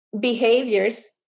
behaviors